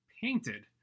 painted